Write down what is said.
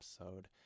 episode